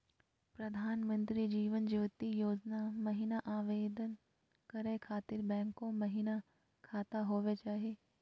प्रधानमंत्री जीवन ज्योति योजना महिना आवेदन करै खातिर बैंको महिना खाता होवे चाही?